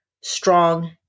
strong